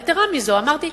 יתירה מזו, אמרתי: